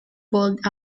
pulled